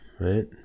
right